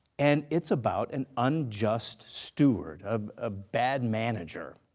and it's about an unjust steward, um a bad manager.